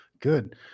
Good